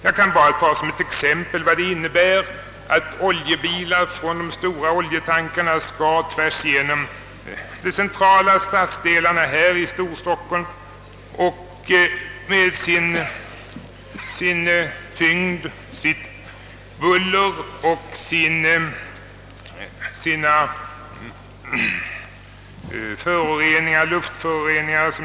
Man behöver bara tänka på de komplikationer det medför att tunga oljebilar från de stora oljetankarna skall tvärs igenom de centrala stadsdelarna här i Storstockholm och därvid förorsaka buller och luftföroreningar.